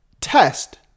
test